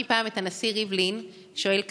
שמעתי פעם את הנשיא ריבלין שואל קצין: